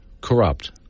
corrupt